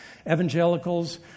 Evangelicals